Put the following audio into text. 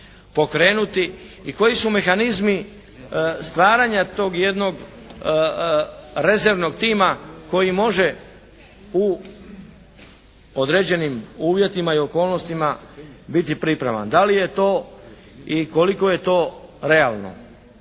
pokrenuti i koji su mehanizmi stvaranja tog jednog rezervnog tima koji može u određenim uvjetima i okolnostima biti pripravan. Da li je to i koliko je to realno?